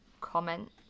comment